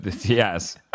Yes